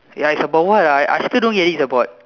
ya it's about what ah I I still don't get it's about what